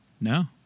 No